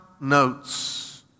notes